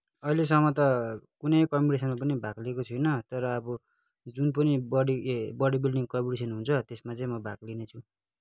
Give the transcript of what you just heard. अहिलेसम्म त कुनै कम्पिटिसनमा पनि भाग लिएको छुइनँ तर अब जुन पनि बडी ए बडी बिल्डिङ कम्पिटिसन हुन्छ त्यसमा चाहिँ म भाग लिनेछु